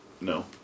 No